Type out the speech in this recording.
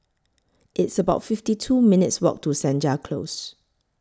It's about fifty two minutes' Walk to Senja Close